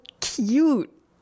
cute